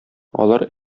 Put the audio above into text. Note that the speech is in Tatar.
алар